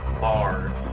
bar